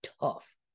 tough